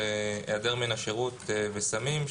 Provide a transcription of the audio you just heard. הם על היעדר מן השירות וסמים,